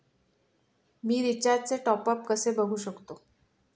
मी रिचार्जचे टॉपअप कसे बघू शकतो?